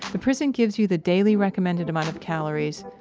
the prison gives you the daily recommended amount of calories,